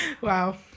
Wow